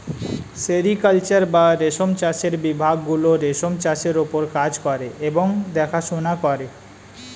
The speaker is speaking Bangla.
সেরিকালচার বা রেশম চাষের বিভাগ গুলো রেশম চাষের ওপর কাজ করে এবং দেখাশোনা করে